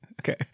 okay